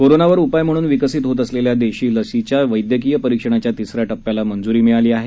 कोरोनावर उपाय म्हणून विकसित होत असलेल्या देशी लसीच्या वैद्यकीय परिक्षणाच्या तिसऱ्या टप्प्याला मंजुरी मिळाली आहे